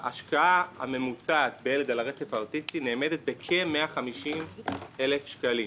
ההשקעה הממוצעת בילד על הרצף האוטיסטי נאמדת בכ-150,000 שקלים,